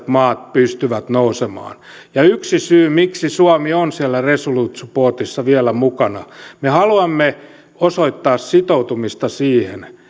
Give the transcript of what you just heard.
maat pystyvät nousemaan ja yksi syy miksi suomi on siellä resolute supportissa vielä mukana me haluamme osoittaa sitoutumista siihen